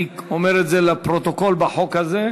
אני אומר את זה לפרוטוקול, בחוק הזה.